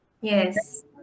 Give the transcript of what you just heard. Yes